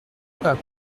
pas